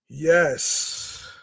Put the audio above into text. yes